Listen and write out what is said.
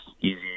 easy